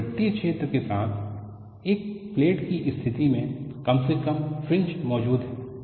एक वृत्तिय छेद के साथ एक प्लेट की स्थिति में कम से कम फ्रिंज मौजूद हैं